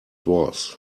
was